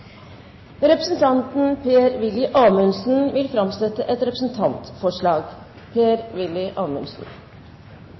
Representanten Elizabeth Skogrand vil framsette et representantforslag.